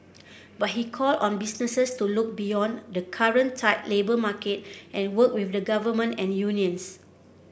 but he called on businesses to look beyond the current tight labour market and work with the Government and unions